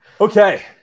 Okay